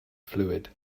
fluid